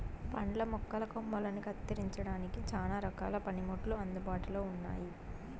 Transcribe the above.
పండ్ల మొక్కల కొమ్మలని కత్తిరించడానికి చానా రకాల పనిముట్లు అందుబాటులో ఉన్నయి